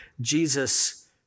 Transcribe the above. Jesus